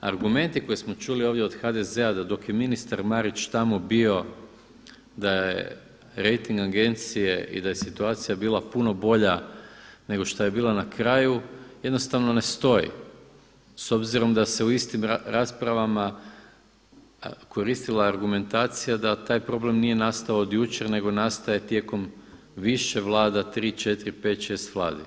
Argumenti koje smo čuli ovdje od HDZ-a dok je ministar Marić tamo bio da je rejting agencije i da je situacija bila puno bolja nego šta je bila na kraju jednostavno ne stoji, s obzirom da se u istim raspravama koristila argumentacija da taj problem nije nastao od jučer nego nastaje tijekom više vlada, 3,4,5,6 vladi.